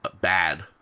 bad